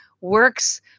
works